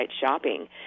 shopping